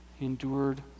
endured